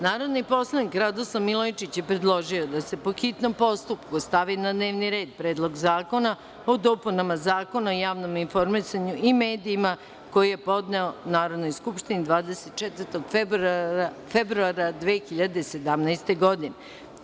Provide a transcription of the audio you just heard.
Narodni poslanik Radoslav Milojičić je predložio da se po hitnom postupku stavi na dnevni red Predlog zakona o dopunama Zakona o javnom informisanju i medijima, koji je podneo Narodnoj skupštini 24. februara 2017. godine.